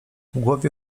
głowie